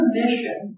mission